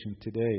today